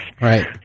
Right